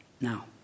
Now